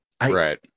Right